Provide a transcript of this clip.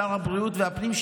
שר הבריאות והפנים,